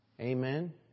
Amen